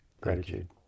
Gratitude